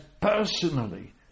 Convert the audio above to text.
personally